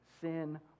Sin